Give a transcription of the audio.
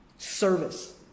Service